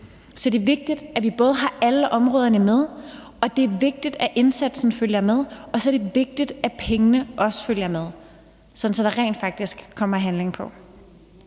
Så det er både vigtigt, at vi har alle områderne med, og det er vigtigt, at indsatsen følger med, og så er det vigtigt, at pengene også følger med, sådan at der rent faktisk kommer handling.